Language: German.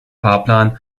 fahrplan